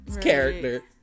character